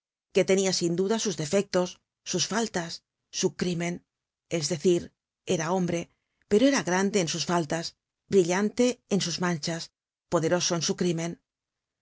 que tenia sin duda sus defectos sus faltas su crímen es decir era hombre pero era grande en sus faltas brillante en sus manchas poderoso en su crímen